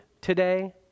today